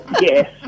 Yes